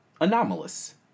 anomalous